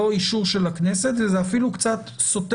לא אישור של הכנסת וזה אפילו קצת סותר